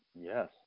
Yes